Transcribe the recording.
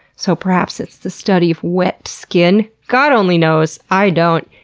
so perhaps it's the study of wet skin? god only knows. i don't.